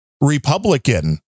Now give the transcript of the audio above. Republican